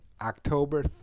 October